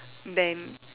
then